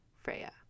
Freya